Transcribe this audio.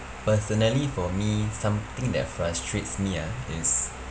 personally for me something that frustrates me ah is